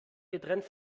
getrennt